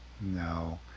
no